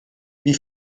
wie